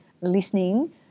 listening